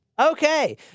Okay